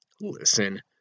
Listen